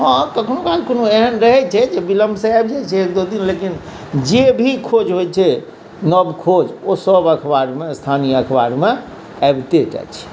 हँ कखनौ काल कोनो एहन रहै छै जे विलम्बसँ आबि जाइ छै एक दो दिन लेकिन जे भी खोज होइ छै नव खोज ओ सभ अखबारमे स्थानीय अखबारमे आबिते टा छै